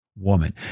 Woman